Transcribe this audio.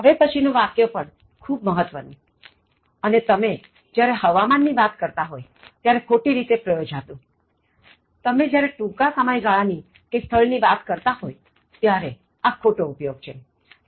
હવે પછી નું વાક્ય પણ ખૂબ મહત્ત્વનું અને તમે જ્યારે હવામાન ની વાત કરતા હોય ત્યારે ખોટી રીતે પ્રયોજાતું તમે જ્યારે ટૂંકા સમયગાળા ની કે સ્થળની ની વાત કરતા હોય ત્યારે આ ખોટો ઉપયોગ છે